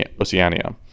Oceania